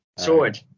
Sword